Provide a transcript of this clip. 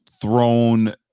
thrown